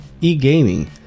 e-gaming